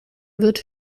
wird